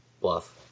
bluff